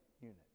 unit